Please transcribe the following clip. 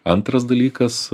antras dalykas